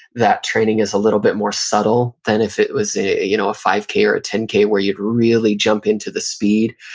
that training is a little bit more subtle than if it was a you know a five k or a ten k where you really jump into the speed,